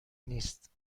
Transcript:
نیست